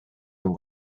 and